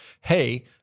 hey